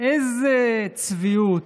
איזו צביעות,